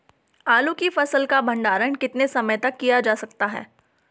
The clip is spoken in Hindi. आलू की फसल का भंडारण कितने समय तक किया जा सकता है?